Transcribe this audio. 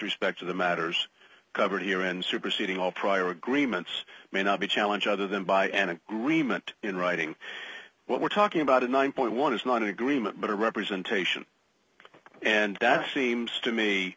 respect to the matters covered here in superseding all prior agreements may not be challenge other than by an agreement in writing what we're talking about one point one is not an agreement but a representation and that seems to me